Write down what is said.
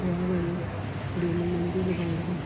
ਵਿਆਹ ਵਾਲੀ ਕੁੜੀ ਨੂੰ ਮਹਿੰਦੀ ਲਗਾਉਂਦੀਆਂ